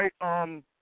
right